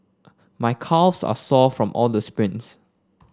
my calves are sore from all the sprints